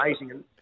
amazing